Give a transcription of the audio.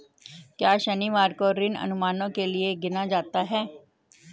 क्या शनिवार को ऋण अनुमानों के लिए गिना जाता है?